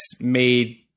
made